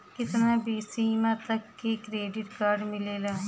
कितना सीमा तक के क्रेडिट कार्ड मिलेला?